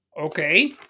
Okay